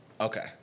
Okay